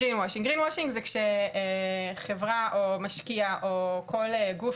Greenwashing הוא כשחברה, משקיע, או כל גוף